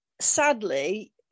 Sadly